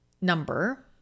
number